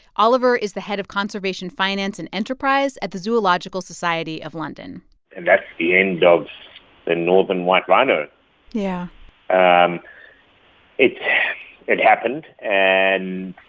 oliver is the head of conservation finance and enterprise at the zoological society of london and that's the end of the northern white rhino yeah and it it happened, and